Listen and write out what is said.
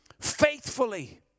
faithfully